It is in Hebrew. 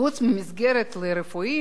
חוץ ממסגרת לרופאים,